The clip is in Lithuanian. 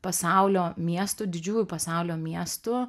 pasaulio miestų didžiųjų pasaulio miestų